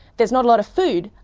there is not a lot of food.